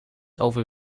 over